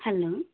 hello